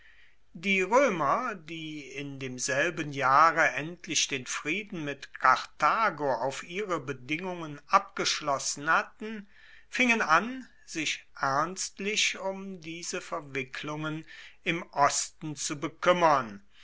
die roemer die in demselben jahre endlich den frieden mit karthago auf ihre bedingungen abgeschlossen hatten fingen an sich ernstlich um diese verwicklungen im osten zu bekuemmern